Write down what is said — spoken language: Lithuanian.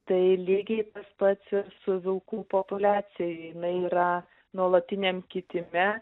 tai lygiai tas pats ir su vilkų populiacija jinai yra nuolatiniam kitime